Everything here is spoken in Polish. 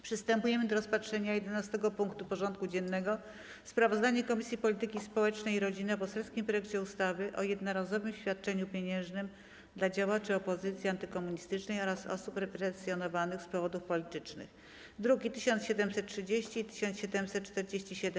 Przystępujemy do rozpatrzenia punktu 11. porządku dziennego: Sprawozdanie Komisji Polityki Społecznej i Rodziny o poselskim projekcie ustawy o jednorazowym świadczeniu pieniężnym dla działaczy opozycji antykomunistycznej oraz osób represjonowanych z powodów politycznych (druki nr 1730 i 1747)